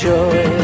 Joy